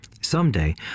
someday